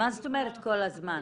מה זאת אומרת כל הזמן?